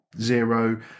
zero